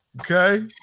Okay